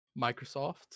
microsoft